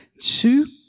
two